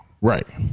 right